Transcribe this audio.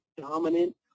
dominant